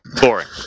boring